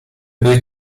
były